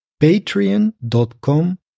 patreon.com